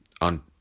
on